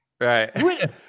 Right